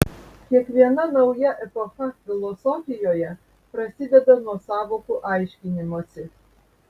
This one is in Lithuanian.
kiekviena nauja epocha filosofijoje prasideda nuo sąvokų aiškinimosi